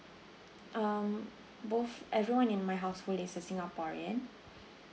um both everyone in my household is a singaporean